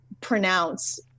pronounce